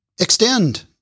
Extend